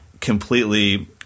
completely